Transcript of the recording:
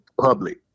public